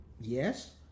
yes